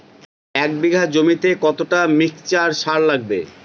এক বিঘা জমিতে কতটা মিক্সচার সার লাগে?